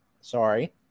Sorry